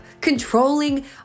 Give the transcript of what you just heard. controlling